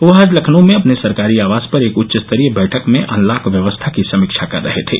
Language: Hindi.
वह आज लखनऊ में अपने सरकारी आवास पर एक उच्चस्तरीय बैठक में अनलॉक व्यवस्था की समीक्षा कर रहे थे